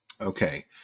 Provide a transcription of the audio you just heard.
Okay